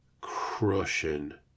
crushing